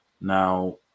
Now